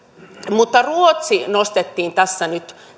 mutta ruotsi nostettiin tässä nyt